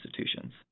institutions